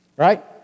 Right